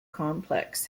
complex